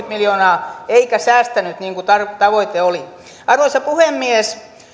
miljoonaa eikä säästänyt niin kuin tavoite oli arvoisa puhemies